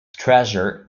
treasure